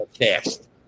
fast